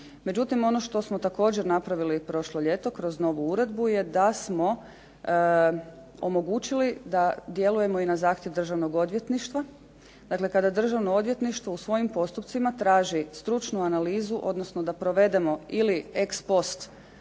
Međutim, ono što smo također napravili prošlo ljeto kroz novu uredbu je da smo omogućili da djelujemo i na zahtjev Državnog odvjetništva, dakle kada Državno odvjetništvo u svojim postupcima traži stručnu analizu, odnosno da provedemo ili ex post ili u